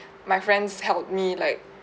my friends helped me like